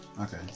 Okay